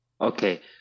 Okay